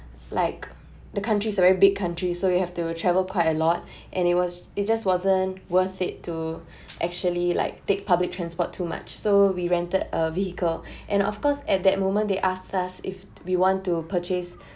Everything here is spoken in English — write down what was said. like the country is very big country so you have to travel quite a lot and it was it just wasn't worth it to actually like take public transport too much so we rented a vehicle and of course at that moment they asked us if we want to purchase